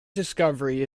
discovery